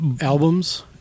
Albums